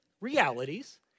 realities